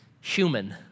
human